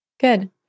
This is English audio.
Good